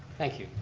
thank you,